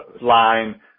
line